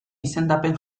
izendapen